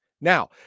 Now